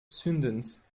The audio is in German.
zündens